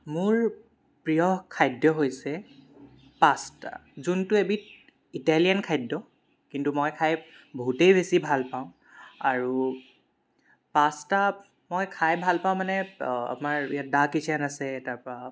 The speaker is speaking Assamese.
মোৰ প্ৰিয় খাদ্য হৈছে পাস্তা যোনটো এবিধ ইটেলীয়েন খাদ্য কিন্তু মই খাই বহুতেই বেছি ভাল পাওঁ আৰু পাস্তা মই খাই ভাল পাওঁ মানে আমাৰ ইয়াত দা কিটচেন আছে তাৰপৰা